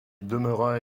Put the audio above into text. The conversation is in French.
demeura